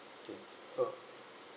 okay so